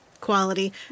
quality